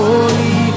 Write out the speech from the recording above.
Holy